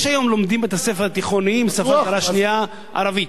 יש היום שלומדים בבתי-ספר תיכוניים שפה זרה שנייה ערבית.